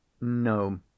No